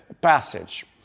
passage